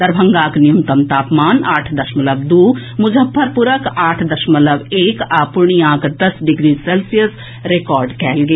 दरभंगाक न्यूनतम तापमान आठ दशमलव दू मुजफ्फरपुरक आठ दशमलव एक आ पूर्णियाक दस डिग्री सेल्सियस रिकार्ड कयल गेल